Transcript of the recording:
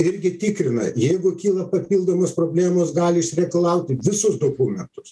irgi tikrina jeigu kyla papildomos problemos gali išreikalauti visus dokumentus